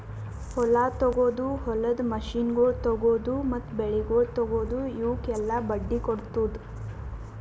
ಹೊಲ ತೊಗೊದು, ಹೊಲದ ಮಷೀನಗೊಳ್ ತೊಗೊದು, ಮತ್ತ ಬೆಳಿಗೊಳ್ ತೊಗೊದು, ಇವುಕ್ ಎಲ್ಲಾ ಬಡ್ಡಿ ಕೊಡ್ತುದ್